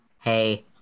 Hey